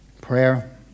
prayer